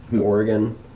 Oregon